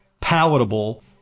palatable